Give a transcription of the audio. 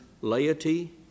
laity